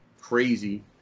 crazy